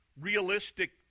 realistic